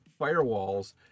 firewalls